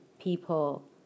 people